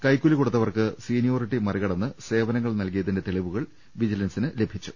കൈക്കൂലി കൊടുത്തവർക്ക് സീനിയോറിറ്റി മറി കടന്ന് സേവനങ്ങൾ നൽകിയതിന്റെ തെളിവുകൾ വിജി ലൻസിന് ലഭിച്ചു